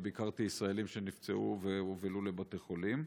גם ביקרתי ישראלים שנפצעו והובהלו לבתי חולים.